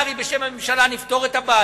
אומר השר משולם נהרי, בשם הממשלה: נפתור את הבעיה.